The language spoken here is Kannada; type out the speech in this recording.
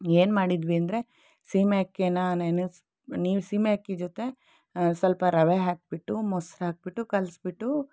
ಏನು ಮಾಡಿದ್ವಿ ಅಂದರೆ ಸೀಮೆ ಅಕ್ಕಿನ ನೆನೆಸ್ಬಿಟ್ಟು ನೀವು ಸೀಮೆ ಅಕ್ಕಿ ಜೊತೆ ಸ್ವಲ್ಪ ರವೆ ಹಾಕ್ಬಿಟ್ಟು ಮೊಸರು ಹಾಕಿಬಿಟ್ಟು ಕಲಸ್ಬಿಟ್ಟು